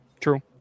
True